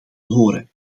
horen